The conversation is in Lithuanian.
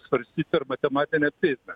svarstyt per matematinę prieigą